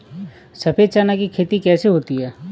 सफेद चना की खेती कैसे होती है?